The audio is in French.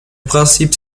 principe